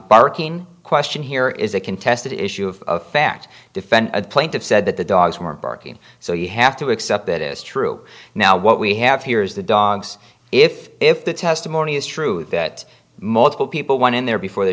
barking question here is a contested issue of fact defend a plaintiff said that the dogs were barking so you have to accept it is true now what we have here is the dogs if if the testimony is true that multiple people went in there before the